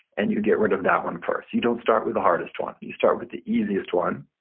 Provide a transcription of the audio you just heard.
and you get rid of that one first. you don't start with the hardest one. you start with the easiest one,